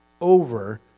over